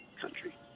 country